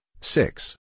six